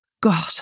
God